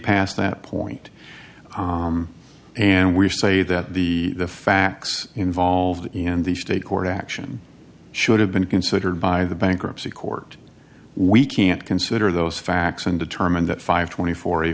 past that point and we say that the facts involved in the state court action should have been considered by the bankruptcy court we can't consider those facts and determine that five hundred and twenty four a